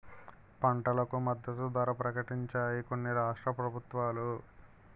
పంటలకు మద్దతు ధర ప్రకటించాయి కొన్ని రాష్ట్ర ప్రభుత్వాలు